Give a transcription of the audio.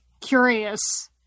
curious